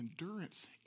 endurance